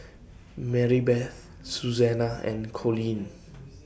Maribeth Susannah and Coleen